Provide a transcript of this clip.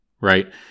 right